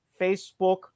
Facebook